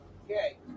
Okay